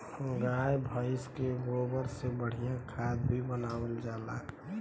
गाय भइस के गोबर से बढ़िया खाद भी बनावल जाला